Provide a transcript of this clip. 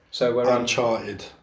uncharted